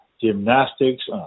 Gymnastics